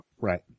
Right